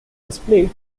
display